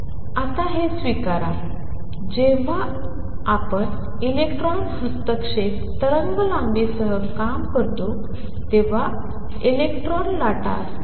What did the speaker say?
आता हे स्वीकारा जेव्हा आपण इलेक्ट्रॉन हस्तक्षेप तरंगलांबीसह काम करतो तेव्हा इलेक्ट्रॉन लाटा असतात